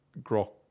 grok